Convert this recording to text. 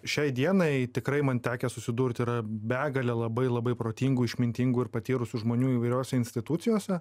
šiai dienai tikrai man tekę susidurti yra begalė labai labai protingų išmintingų ir patyrusių žmonių įvairiose institucijose